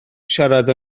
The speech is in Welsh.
siarad